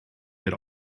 get